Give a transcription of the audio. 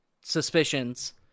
suspicions